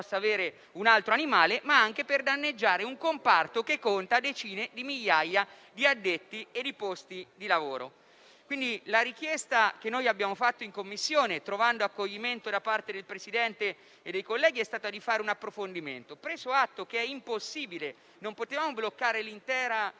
anche un altro animale - e per danneggiare un comparto che conta decine di migliaia di addetti e di posti di lavoro. La richiesta che abbiamo avanzato in Commissione, trovando accoglimento da parte del Presidente e dei colleghi, è stata di fare un approfondimento. Preso atto che è impossibile bloccare l'intera